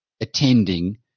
attending